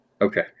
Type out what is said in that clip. Okay